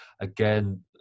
again